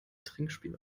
trinkspiel